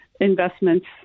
investments